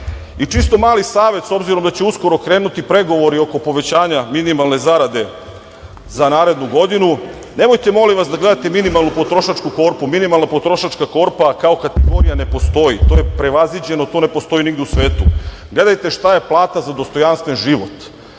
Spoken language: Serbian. Čisto mali savet, s obzirom da će uskoro krenuti pregovori oko povećanja minimalne zarade za narednu godinu, nemojte, molim vas, da gledate minimalnu potrošačku korpu. Minimalna potrošačka korpa kao kategorija ne postoji. To je prevaziđeno, to ne postoji nigde u svetu. Gledajte šta je plata za dostojanstven život. Plata